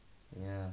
ya